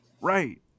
Right